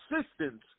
assistance